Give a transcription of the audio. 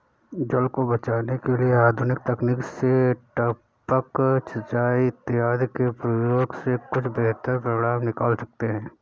जल को बचाने के लिए आधुनिक तकनीक से टपक सिंचाई इत्यादि के प्रयोग से कुछ बेहतर परिणाम निकल सकते हैं